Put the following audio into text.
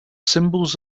symbols